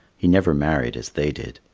he never married as they did.